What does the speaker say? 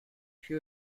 she